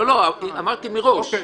לא, אמרתי מראש.